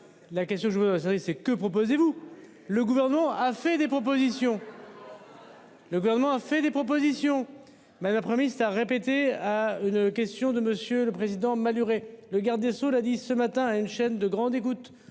La question, je veux ça c'est. Que proposez-vous. Le gouvernement a fait des propositions. Le gouvernement a fait des propositions mais le après-ministre a répété. Une question de monsieur le Président Maluret. Le garde des sceaux l'a dit ce matin à une chaîne de grande écoute.